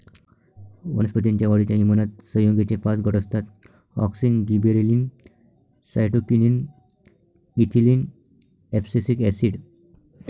वनस्पतीं च्या वाढीच्या नियमनात संयुगेचे पाच गट असतातः auxin, gibberellin, cytokinin, ethylene, abscisic acid